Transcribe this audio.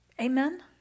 amen